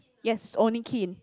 yes he's only kin